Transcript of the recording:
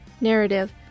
narrative